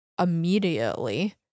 immediately